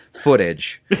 footage